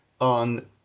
on